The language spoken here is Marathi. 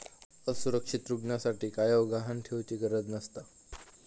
असुरक्षित ऋणासाठी कायव गहाण ठेउचि गरज नसता